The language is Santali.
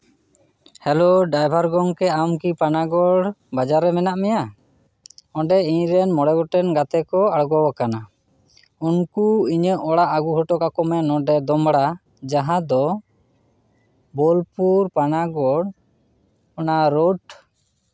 ᱦᱮᱞᱳ ᱰᱨᱟᱭᱵᱷᱟᱨ ᱜᱚᱝᱠᱮ ᱟᱢᱠᱤ ᱯᱟᱱᱟᱜᱚᱲ ᱵᱟᱡᱟᱨ ᱨᱮ ᱢᱮᱱᱟᱜ ᱢᱮᱭᱟ ᱚᱸᱰᱮ ᱤᱧᱨᱮᱱ ᱢᱚᱬᱮ ᱜᱚᱴᱮᱱ ᱜᱟᱛᱮ ᱠᱚ ᱟᱬᱜᱳ ᱟᱠᱟᱱᱟ ᱩᱱᱠᱩ ᱤᱧᱟᱹᱜ ᱚᱲᱟᱜ ᱟᱹᱜᱩ ᱦᱚᱴᱚ ᱠᱟᱠᱚ ᱢᱮ ᱱᱚᱸᱰᱮ ᱫᱳᱢᱲᱟ ᱡᱟᱦᱟᱸᱫᱚ ᱵᱳᱞᱯᱩᱨ ᱯᱟᱱᱟᱜᱚᱲ ᱚᱱᱟ ᱨᱳᱰ